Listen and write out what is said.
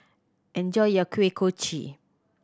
enjoy your Kuih Kochi